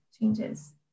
changes